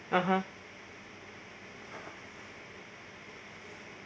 (uh huh)